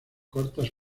cortas